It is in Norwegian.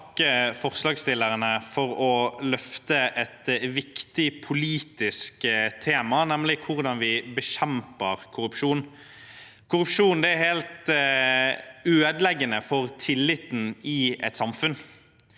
med å takke forslagsstillerne for at de løfter fram et viktig politisk tema, nemlig hvordan vi bekjemper korrupsjon. Korrupsjon er helt ødeleggende for tilliten i et samfunn.